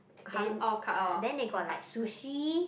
cutl~ orh cut orh tonkatsu